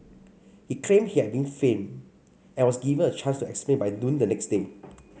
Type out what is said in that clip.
he claimed he had been framed and was given a chance to explain by noon the next day